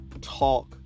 talk